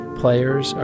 players